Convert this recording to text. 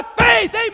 face